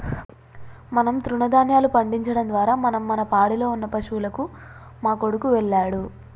మనం తృణదాన్యాలు పండించడం ద్వారా మనం మన పాడిలో ఉన్న పశువులకు మా కొడుకు వెళ్ళాడు